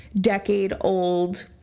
decade-old